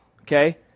okay